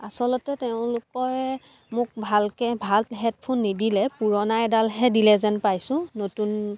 আচলতে তেওঁলোকে মোক ভালকৈ ভাল হেডফোন নিদিলে পুৰণা এডালহে দিলে যেন পাইছোঁ নতুন